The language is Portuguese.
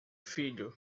filho